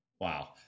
Wow